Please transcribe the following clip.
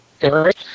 Eric